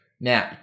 Now